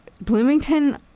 Bloomington